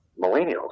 millennials